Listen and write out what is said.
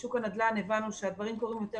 בשוק הנדל"ן הבנו שהדברים קורים יותר